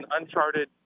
uncharted